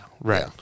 right